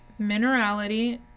minerality